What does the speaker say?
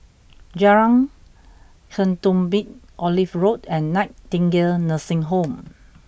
Jalan Ketumbit Olive Road and Nightingale Nursing Home